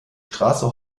straße